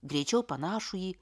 greičiau panašų į